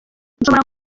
nshobora